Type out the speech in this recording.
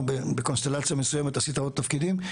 בקונסטלציה מסוימת עשית עוד תפקידים.